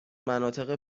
مناطق